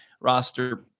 roster